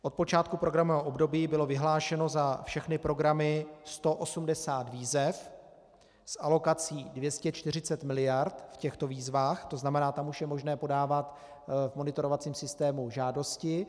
Od počátku programového období bylo vyhlášeno za všechny programy 180 výzev s alokací 240 miliard v těchto výzvách, takže to znamená, tam už je možné podávat v monitorovacím systému žádosti.